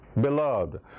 Beloved